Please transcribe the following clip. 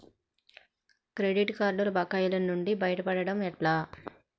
Credit కార్డుల బకాయిల నుండి బయటపడటం ఎట్లా?